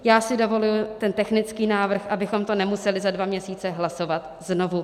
Já si dovoluji ten technický návrh, abychom to nemuseli za dva měsíce hlasovat znovu.